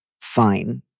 fine